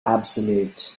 absolute